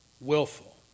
Willful